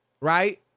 Right